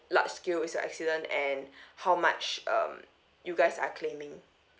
large scale is the accident and how much um you guys are claiming mm